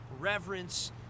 reverence